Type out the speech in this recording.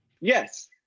Yes